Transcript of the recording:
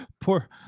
poor